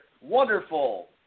wonderful